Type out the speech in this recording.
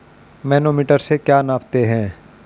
Manometer से क्या नापते हैं?